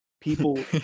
people